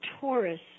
Taurus